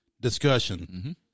discussion